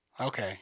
Okay